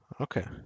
Okay